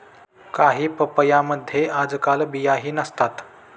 काही पपयांमध्ये आजकाल बियाही नसतात